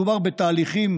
מדובר בתהליכים